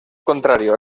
contrario